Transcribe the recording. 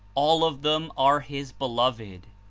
all of them are his beloved.